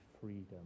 freedom